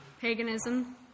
Paganism